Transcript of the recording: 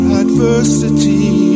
adversity